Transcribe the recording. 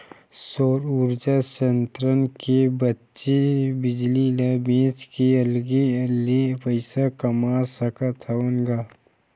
सउर उरजा संयत्र के बाचे बिजली ल बेच के अलगे ले पइसा कमा सकत हवन ग